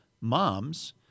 moms